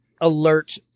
alert